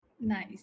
Nice